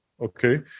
Okay